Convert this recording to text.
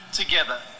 together